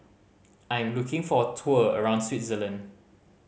I am looking for a tour around Switzerland